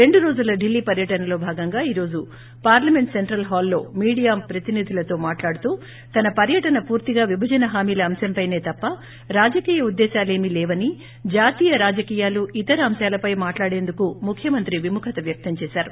రెండు రోజుల ఢిల్లీ పర్యటనలో భాగంగా ఈ రోజు పార్లమెంట్ సెంట్రల్ హాల్లో మీడియా ప్రతినిధులతో మాట్లాడుతూ తన పర్యటన పూర్తిగా విభజన హామీల అంశంపైనే తప్ప రాజకీయ ఉద్దేశాలేమీ లేవని జాతీయ రాజకీయాలు ఇతర అంశాలపై మాట్లాడేందుకు ముఖ్యమంత్రి విముఖత వ్యక్తం చేశారు